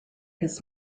his